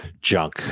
junk